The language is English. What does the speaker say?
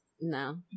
No